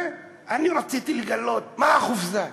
ואני רציתי לגלות מה החופזה.